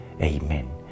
Amen